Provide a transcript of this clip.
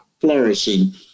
flourishing